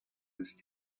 ist